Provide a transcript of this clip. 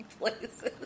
places